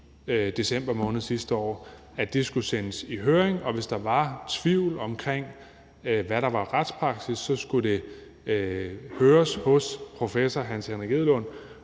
december måned sidste år, nemlig at det skulle sendes i høring, og hvis der var tvivl om, hvad der var retspraksis, så skulle det høres hos professor Hans Henrik Edlund,